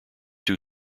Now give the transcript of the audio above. two